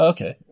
Okay